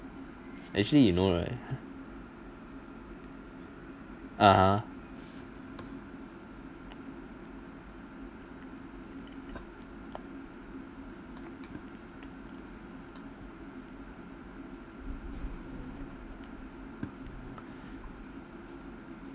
actually you know right (uh huh)